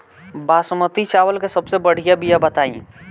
बासमती चावल के सबसे बढ़िया बिया बताई?